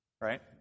Right